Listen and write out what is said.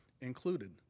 included